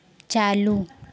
चालू